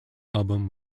album